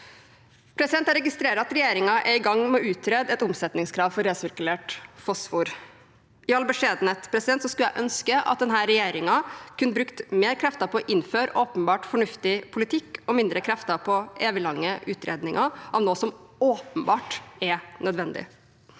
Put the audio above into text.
Jeg registrerer at regjeringen er i gang med å utrede et omsetningskrav for resirkulert fosfor. I all beskjedenhet skulle jeg ønske at denne regjeringen kunne brukt mer krefter på å innføre åpenbart fornuftig politikk og mindre krefter på eviglange utredninger av noe som åpenbart er nødvendig.